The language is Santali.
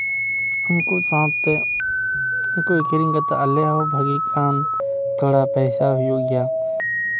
ᱩᱱᱠᱩ ᱥᱟᱶᱛᱮ ᱩᱱᱠᱩ ᱟᱠᱷᱨᱤᱧ ᱠᱟᱛᱮ ᱟᱞᱮ ᱦᱚᱸ ᱵᱷᱟᱜᱮ ᱠᱷᱟᱱ ᱛᱷᱚᱲᱟ ᱯᱚᱭᱥᱟ ᱦᱩᱭᱩᱜ ᱜᱮᱭᱟ